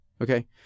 Okay